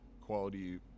quality